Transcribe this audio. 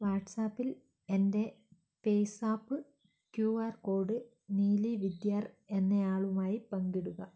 വാട്ട്സ്ആപ്പിൽ എൻ്റെ പേയ്സാപ്പ് ക്യു ആർ കോഡ് നീലി വിദ്യാർ എന്നയാളുമായി പങ്കിടുക